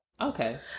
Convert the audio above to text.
Okay